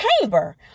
chamber